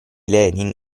lenin